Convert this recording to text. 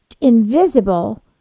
invisible